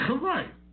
Right